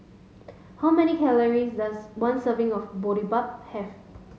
how many calories does one serving of Boribap have